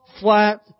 flat